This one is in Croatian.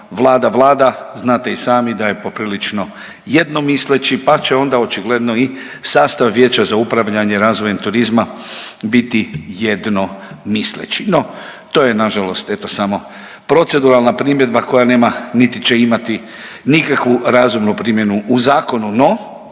vlada znate i sami da je poprilično jednomisleći pa će onda očigledno i sastav vijeća za upravljanje razvojem turizma biti jednomisleći. No, to je nažalost eto samo proceduralna primjedba koja nema niti će imati nikakvu razumnu primjenu u zakonu. No,